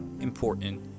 important